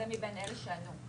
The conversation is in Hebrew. לא, זה מבין אלה שענו.